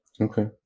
Okay